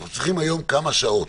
אנחנו צריכים היום כמה שעות,